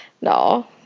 No